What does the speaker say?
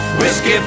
whiskey